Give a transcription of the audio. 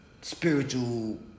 spiritual